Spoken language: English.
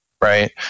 right